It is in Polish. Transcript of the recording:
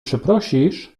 przeprosisz